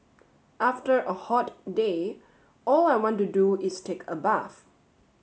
after a hot day all I want to do is take a bath